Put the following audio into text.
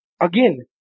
Again